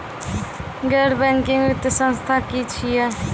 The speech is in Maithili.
गैर बैंकिंग वित्तीय संस्था की छियै?